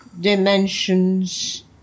dimensions